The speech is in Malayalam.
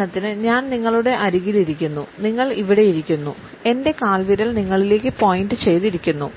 ഉദാഹരണത്തിന് ഞാൻ നിങ്ങളുടെ അരികിലിരുന്ന് നിങ്ങൾ ഇവിടെ ഇരിക്കുന്നു എന്റെ കാൽവിരൽ നിങ്ങളിലേക്ക് പോയിൻറ് ചെയ്തിരിക്കുന്നു